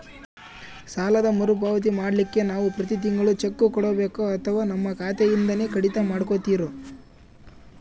ಸಾಲದ ಮರುಪಾವತಿ ಮಾಡ್ಲಿಕ್ಕೆ ನಾವು ಪ್ರತಿ ತಿಂಗಳು ಚೆಕ್ಕು ಕೊಡಬೇಕೋ ಅಥವಾ ನಮ್ಮ ಖಾತೆಯಿಂದನೆ ಕಡಿತ ಮಾಡ್ಕೊತಿರೋ?